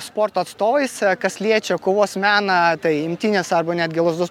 sporto atstovais kas liečia kovos meną tai imtynės arba netgi lazdos